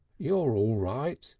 you're all right,